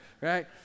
right